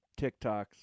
TikToks